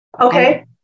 Okay